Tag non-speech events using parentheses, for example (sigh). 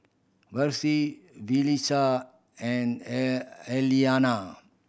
Versie Yulissa and (unintelligible) Elaina